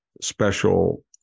special